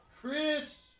Chris